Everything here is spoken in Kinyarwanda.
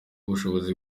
ubushobozi